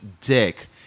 dick